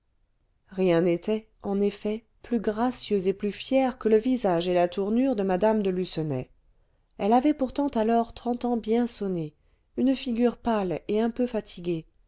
rien n'était en effet plus gracieux et plus fier que le visage et la tournure de mme de lucenay elle avait pourtant alors trente ans bien sonnés une figure pâle et un peu fatiguée